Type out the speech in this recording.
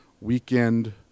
weekend